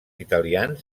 italians